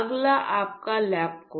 अगला आपका lab coat है